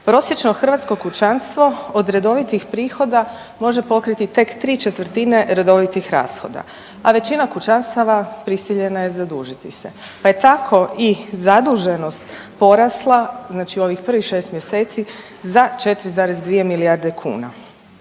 Prosječno hrvatsko kućanstvo od redovitih prihoda može pokriti tek ¾ redovitih rashoda, a većina kućanstava prisiljena je zadužiti se, pa je tako i zaduženost porasla, znači u ovih prvih 6 mjeseci za 4,2 milijarde kuna.